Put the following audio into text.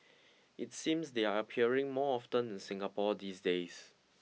it seems they're appearing more often in Singapore these days